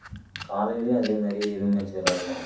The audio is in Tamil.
காலையிலயே அதே மாதிரி ரூம் மேட்ச் விளாடுவோம்